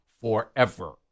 forever